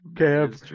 Okay